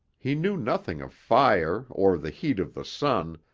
he knew nothing of fire or the heat of the sun,